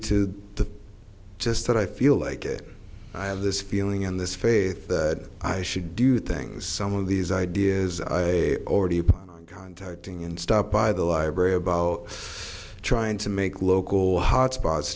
the just that i feel like it i have this feeling in this faith that i should do things some of these ideas i already contacting and stop by the library about trying to make local hotspots